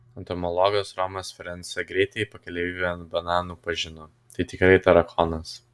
entomologas romas ferenca greitai pakeleivį ant bananų pažino tai tikrai tarakonas